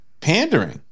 pandering